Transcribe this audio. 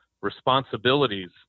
responsibilities